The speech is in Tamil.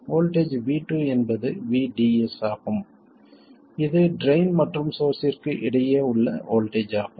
வோல்ட்டேஜ் V2 என்பது VDS ஆகும் இது ட்ரைன் மற்றும் சோர்ஸ்ஸிற்கு இடையே உள்ள வோல்ட்டேஜ் ஆகும்